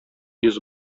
йөз